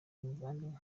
muvandimwe